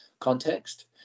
context